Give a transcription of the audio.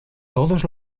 todos